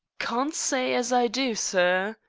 can't say as i do, sir.